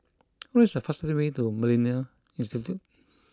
what is the fastest way to Millennia Institute